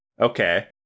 Okay